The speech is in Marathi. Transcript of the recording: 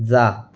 जा